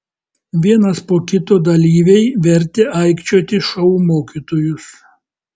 vienas po kito dalyviai vertė aikčioti šou mokytojus